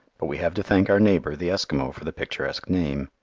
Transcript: but we have to thank our neighbour, the eskimo, for the picturesque name.